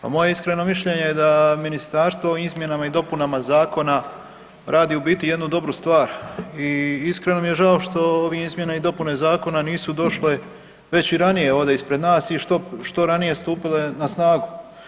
Pa moje iskreno mišljenje je da ministarstvo o izmjenama i dopunama zakona radi u biti jednu dobru stvar i iskreno mi je žao što ove izmjene i dopune zakona nisu došle već i ranije ovdje ispred nas i što ranije stupile na snagu.